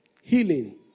Healing